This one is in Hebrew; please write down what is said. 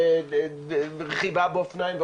ורכיבה באופניים,